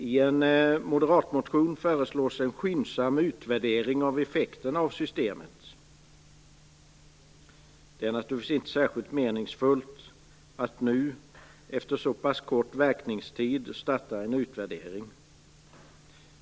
I en moderatmotion föreslås en skyndsam utvärdering av effekterna av systemet. Det är naturligtvis inte särskilt meningsfullt att nu - efter så pass kort verkningstid - starta en utvärdering.